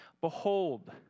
behold